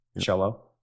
Cello